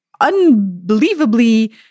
unbelievably